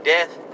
Death